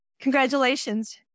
Congratulations